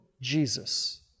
Jesus